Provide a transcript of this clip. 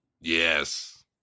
Yes